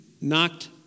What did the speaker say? knocked